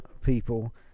people